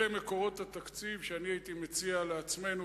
אלה מקורות התקציב שאני הייתי מציע לעצמנו